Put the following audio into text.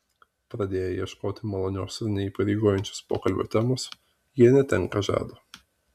pradėję ieškoti malonios ir neįpareigojančios pokalbio temos jie netenka žado